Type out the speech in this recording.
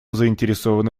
заинтересованы